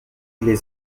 les